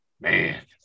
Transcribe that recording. Man